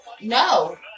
no